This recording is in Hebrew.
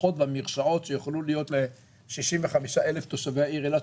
הזחוחות והמרשעות שיכלו להיות ל-65,000 תושבי העיר אילת,